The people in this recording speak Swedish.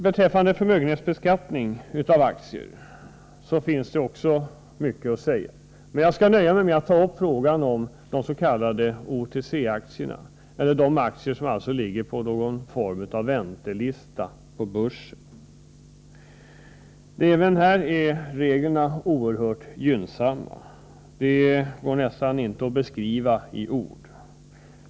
Beträffande förmögenhetsbeskattning av aktier finns det också mycket att säga, men jag skall nöja mig med att ta upp frågan om de s.k. OTC-aktierna— de aktier som ligger på någon form av väntelista på börsen. Även i detta sammanhang är reglerna oerhört gynnsamma. De går nästan inte att beskriva i ord.